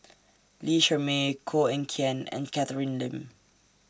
Lee Shermay Koh Eng Kian and Catherine Lim